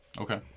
Okay